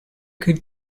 could